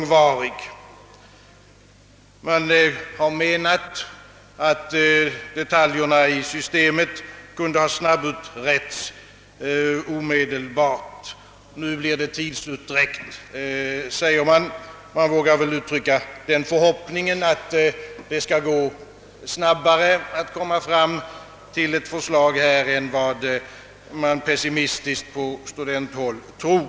Man menar, att detaljerna i systemet kunde ha snabbutretts omedelbart — nu blir det en tidsutdräkt, säger man. Jag vågar väl uttrycka förhoppningen, att det skall gå snabbare att komma fram till ett förslag, än vad man pessimistiskt på studenthåll tror.